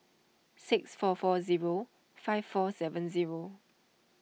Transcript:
six four four zero five four seven zero